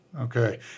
okay